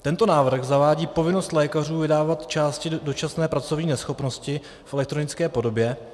Tento návrh zavádí povinnost lékařů vydávat části dočasné pracovní neschopnosti v elektronické podobě.